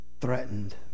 threatened